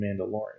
Mandalorian